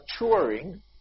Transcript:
maturing